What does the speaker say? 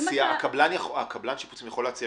הקבלן שיפוצים יכול להציע